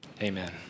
Amen